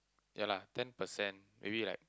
yea lah ten percent maybe like